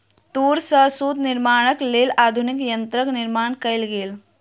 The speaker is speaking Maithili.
तूर सॅ सूत निर्माणक लेल आधुनिक यंत्रक निर्माण कयल गेल